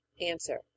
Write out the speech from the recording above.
Answer